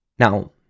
Now